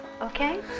okay